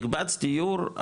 מקבץ דיור,